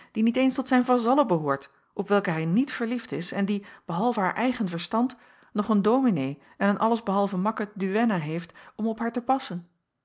die niet eens tot zijn vazallen behoort op welke hij niet verliefd is en die behalve haar eigen verstand nog een dominee en een alles behalve makke duenna heeft om op haar te passen